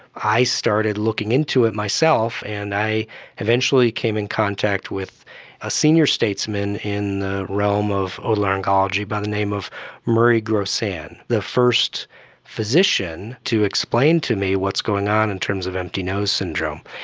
i started looking into it myself and i eventually came in contact with a senior statesman in the realm of otolaryngology by the name of murray grossan, the first physician to explain to me what's going on in terms of empty nose syndrome.